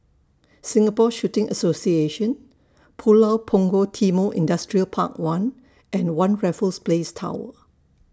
Singapore Shooting Association Pulau Punggol Timor Industrial Park one and one Raffles Place Tower